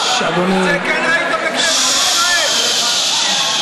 הכנסת איילת נחמיאס ורבין.